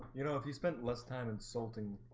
you know if you spent less time insulting?